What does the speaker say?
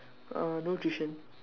uh no tuition